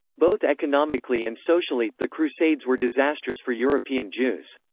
both economically and socially, the crusades were disastrous for european jews.